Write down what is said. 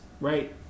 right